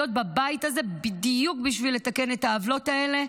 בבית הזה בדיוק בשביל לתקן את העוולות האלה,